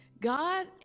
God